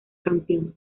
campeón